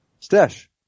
Stash